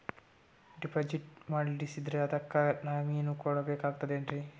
Deposit ಮಾಡ್ಸಿದ್ರ ಅದಕ್ಕ nominee ಕೊಡಬೇಕಾಗ್ತದ್ರಿ?